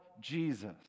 Jesus